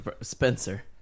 Spencer